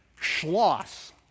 Schloss